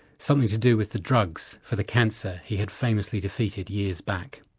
something to do with the drugs for the cancer he had famously defeated years back.